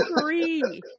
Three